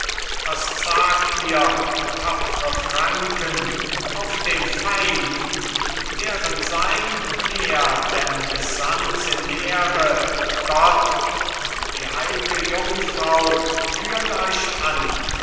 was zagt ihr tapfre franken auf den feind und wären sein mehr denn des sands im meere gott und die heilge jungfrau führt euch an